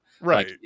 right